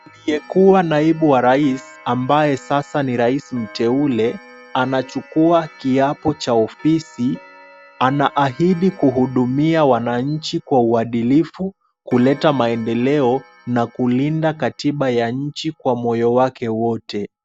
Aliye kuwa naibu wa rais ambaye sasa ni rais mteule, anachukua kiapo cha ofisi, ana ahidi kuhudumia wananchi kwa uadilifu, kuleta maendeleo na kulinda katiba ya nchi kwa moyo wake wote.